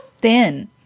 thin